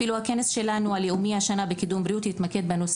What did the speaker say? הכנס הלאומי שלנו לקידום הבריאות יתמקד בנושא